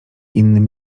innym